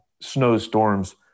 snowstorms